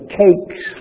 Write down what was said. cakes